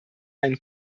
einen